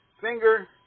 finger